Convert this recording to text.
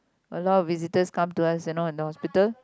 a lot of visitors come to us you know in the hospital